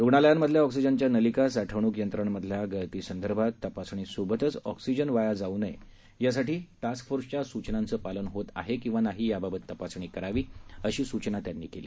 रुग्णालयांमधल्या ऑक्सिजनच्या नलिका साठवण्क यंत्रणांमधल्या गळतीसंदर्भातल्या तपासणीसोबतच ऑक्सिजन वाया जाऊ नये यासाठी टास्क फोर्सच्या सुचनांचं पालन होत आहे किंवा नाही याबाबतही तपासणी करावी अशी सूचना त्यांनी केली